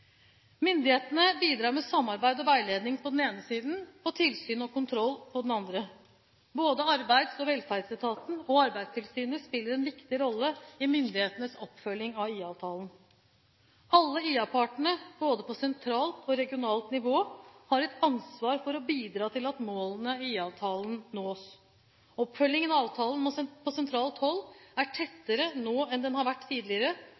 Myndighetene bidrar med samarbeid og veiledning på den ene siden og tilsyn og kontroll på den andre. Både arbeids- og velferdsetaten og Arbeidstilsynet spiller en viktig rolle i myndighetenes oppfølging av IA-avtalen. Alle IA-partene, både på sentralt og på regionalt nivå, har et ansvar for å bidra til at målene i IA-avtalen nås. Oppfølgingen av avtalen på sentralt hold er tettere nå enn den har vært tidligere,